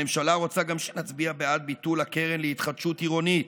הממשלה רוצה גם שנצביע בעד ביטול הקרן להתחדשות עירונית,